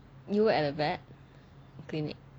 you work at a vet clinic